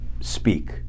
speak